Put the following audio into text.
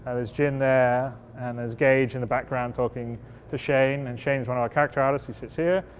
ah there's jim there and there's gauge in the background talking to shane and shane's one of our character artists sits here.